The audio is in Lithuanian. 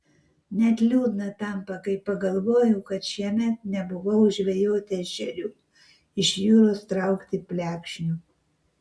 net liūdna tampa kai pagalvoju kad šiemet nebuvau žvejoti ešerių iš jūros traukti plekšnių